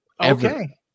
Okay